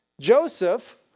Joseph